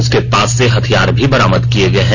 उसके पास से हथियार भी बरामद कर लिए गए हैं